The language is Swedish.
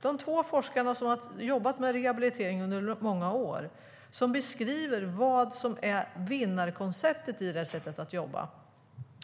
De två forskarna har jobbat med rehabilitering under många år och beskriver vad som är vinnarkonceptet i detta sätt att jobba.